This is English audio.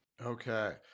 Okay